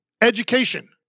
Education